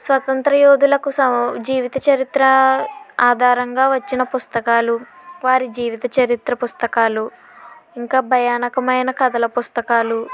స్వతంత్ర యోధులకు జీవిత చరిత్ర ఆధారంగా వచ్చిన పుస్తకాలు వారి జీవిత చరిత్ర పుస్తకాలు ఇంకా భయానకమైన కథల పుస్తకాలు